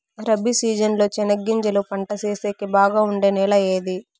Rabi season లో చెనగగింజలు పంట సేసేకి బాగా ఉండే నెల ఏది?